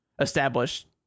established